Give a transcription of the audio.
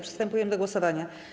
Przystępujemy do głosowania.